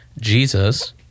Jesus